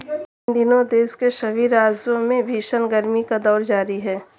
इन दिनों देश के सभी राज्यों में भीषण गर्मी का दौर जारी है